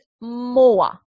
more